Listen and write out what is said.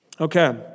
Okay